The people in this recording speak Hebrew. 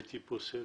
ראיתי פה סבל,